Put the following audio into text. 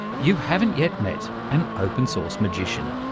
you haven't yet met an open-source magician.